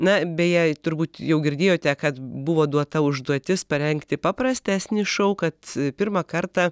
na beje turbūt jau girdėjote kad buvo duota užduotis parengti paprastesnį šou kad pirmą kartą